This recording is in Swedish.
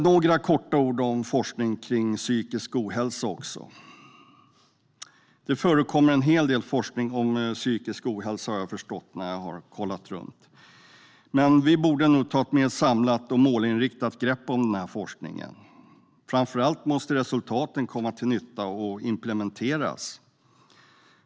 Jag ska kortfattat säga något om forskning om psykisk ohälsa. Det förekommer en hel del forskning om psykisk ohälsa har jag förstått när jag har kollat runt. Men vi borde nog ta ett mer samlat och målinriktat grepp om denna forskning. Framför allt måste resultaten komma till nytta och implementeras.